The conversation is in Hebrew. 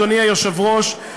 אדוני היושב-ראש,